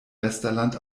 westerland